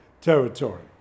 territory